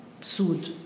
sued